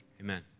amen